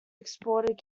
exported